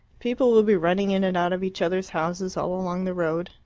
people would be running in and out of each other's houses all along the road.